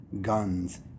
guns